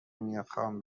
میخوام